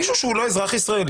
מישהו שהוא לא אזרח ישראלי